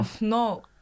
No